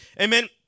Amen